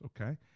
okay